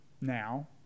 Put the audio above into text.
now